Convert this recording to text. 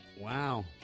Wow